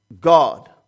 God